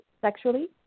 sexually